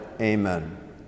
amen